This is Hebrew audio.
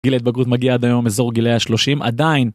גיל ההתבגרות מגיע עד היום, אזור גילאי השלושים, עדיין